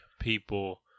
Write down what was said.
people